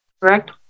correct